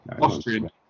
Austrian